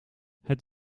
het